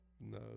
no